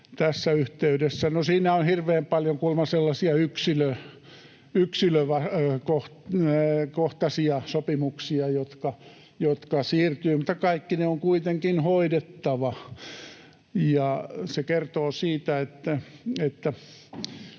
tässä yhteydessä. No siinä on hirveän paljon kuulemma sellaisia yksilökohtaisia sopimuksia, jotka siirtyvät, mutta kaikki ne on kuitenkin hoidettava. Se kertoo siitä, että